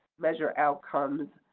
measure outcomes,